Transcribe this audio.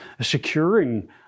securing